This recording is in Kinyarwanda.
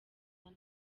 san